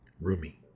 roomy